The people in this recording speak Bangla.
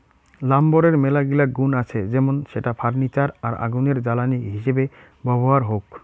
লাম্বরের মেলাগিলা গুন্ আছে যেমন সেটা ফার্নিচার আর আগুনের জ্বালানি হিসেবে ব্যবহার হউক